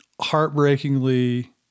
heartbreakingly